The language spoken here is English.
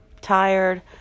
tired